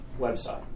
website